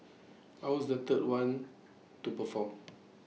I was the third one to perform